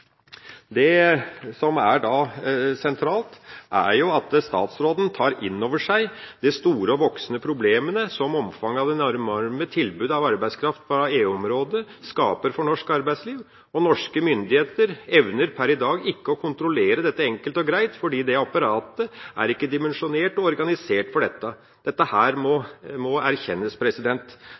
Det som er sentralt, er at statsråden tar inn over seg de store og voksende problemene som omfanget av det enorme tilbudet av arbeidskraft fra EU-området skaper for norsk arbeidsliv. Norske myndigheter evner per i dag ikke å kontrollere dette enkelt og greit fordi apparatet ikke er dimensjonert og organisert for det. Dette må erkjennes.